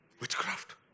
Witchcraft